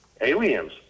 aliens